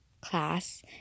class